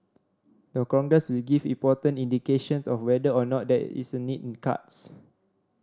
the Congress will give important indications of whether or not that is a need in cards